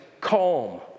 calm